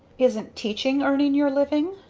isn't teaching earning your living?